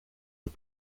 und